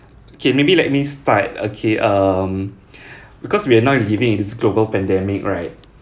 okay maybe let me start okay um because we're now living in this global pandemic right